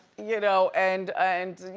you know? and, and, you